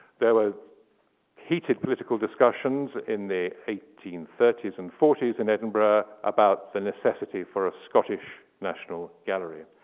there were heated political discussions in the eighteen thirty s and forty s in edinburgh about the necessity for a scottish national gallery.